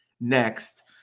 next